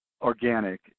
organic